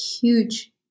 huge